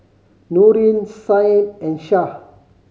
Nurin Said and Syah